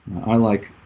i like